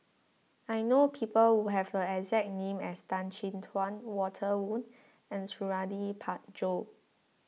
I know people who have the exact name as Tan Chin Tuan Walter Woon and Suradi Parjo